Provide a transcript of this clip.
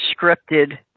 scripted